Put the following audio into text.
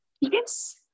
Yes